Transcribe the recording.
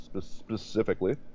specifically